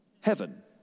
Heaven